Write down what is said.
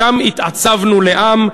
שם התעצבנו לעם.